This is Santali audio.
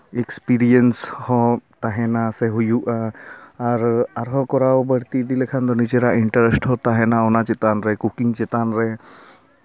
ᱮᱠᱥᱯᱮᱨᱤᱭᱮᱱᱥ ᱦᱚᱸ ᱛᱟᱦᱮᱱᱟ ᱥᱮ ᱦᱩᱭᱩᱜᱼᱟ ᱟᱨ ᱟᱨᱦᱚᱸ ᱠᱚᱨᱟᱣ ᱵᱟᱹᱲᱛᱤ ᱤᱫᱤ ᱞᱮᱠᱷᱟᱱ ᱱᱤᱡᱮᱨᱟᱜ ᱤᱱᱴᱟᱨᱮᱥᱴ ᱦᱚᱸ ᱛᱟᱦᱮᱱᱟ ᱚᱱᱟ ᱪᱮᱛᱟᱱ ᱨᱮ ᱠᱩᱠᱤᱝ ᱪᱮᱛᱟᱱ ᱨᱮ